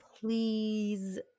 please